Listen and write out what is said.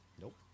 Nope